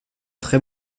très